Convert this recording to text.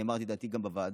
אני אמרתי את דעתי גם בוועדה.